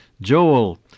Joel